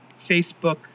Facebook